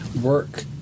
Work